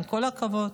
עם כל הכבוד,